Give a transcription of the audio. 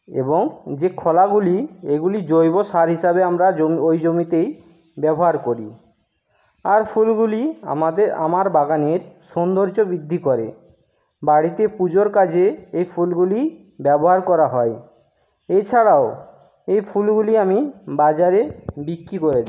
এবং যে খোলাগুলি এগুলি জৈবসার হিসাবে আমরা ওই জমিতেই ব্যবহার করি আর ফুলগুলি আমাদের আমার বাগানের সৌন্দর্য বৃদ্ধি করে বাড়িতে পুজোর কাজে এ ফুলগুলি ব্যবহার করা হয় এছাড়াও এ ফুলগুলি আমি বাজারে বিক্রি করে দিই